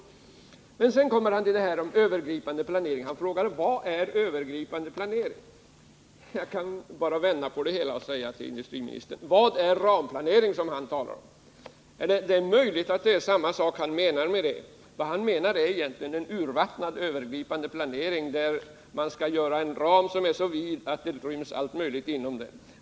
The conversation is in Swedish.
Sedan kommer industriministern till detta med övergripande planering och frågar: Vad är övergripande planering? Jag kan vända på det hela och fråga industriministern: Vad är den ramplanering som han talar om? Det är möjligt att han menar samma sak. Han avser en urvattnad övergripande planering, där man skall göra en ram som är så vid att allt möjligt ryms inom den.